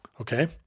Okay